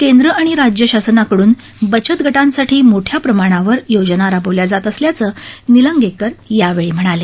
केंद्र आणि राज्य शासनाकडून बचत गटास्तिठी मोठ्या प्रमाणावर योजना राबवल्या जात असल्याच निलांकिर यावेळी म्हणाले